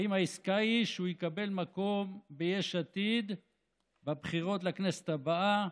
האם העסקה היא שהוא יקבל מקום ביש עתיד בבחירות לכנסת הבאה?